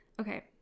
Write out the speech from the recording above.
Okay